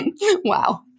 Wow